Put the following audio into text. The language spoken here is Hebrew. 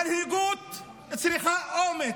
מנהיגות צריכה אומץ,